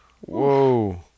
Whoa